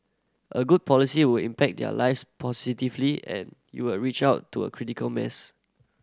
a good policy will impact their lives positively and you'll reach out to a critical mass